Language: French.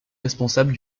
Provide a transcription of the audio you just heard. responsable